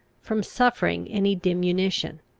from suffering any diminution.